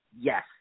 Yes